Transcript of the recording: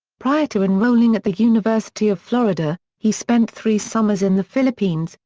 prior to enrolling at the university of florida, he spent three summers in the philippines,